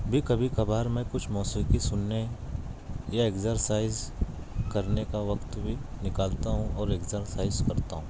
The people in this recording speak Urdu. بھی کبھی کبھار میں کچھ موسیقی سننے یا ایکزرسائز کرنے کا وقت بھی نکالتا ہوں اور ایکزرسائز کرتا ہوں